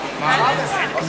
הוא?